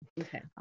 Okay